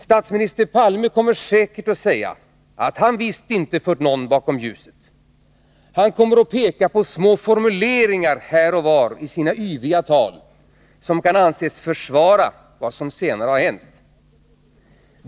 Statsminister Palme kommer säkert att säga att han visst icke fört någon bakom ljuset. Han kommer att peka på små formuleringar här och var i sina yviga tal som kan anses försvara vad som senare hänt.